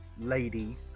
lady